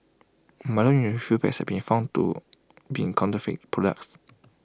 milo in refill packs been found to been counterfeit products